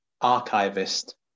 archivist